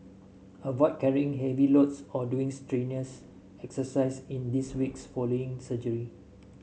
avoid carrying heavy loads or doing strenuous exercise in these weeks following surgery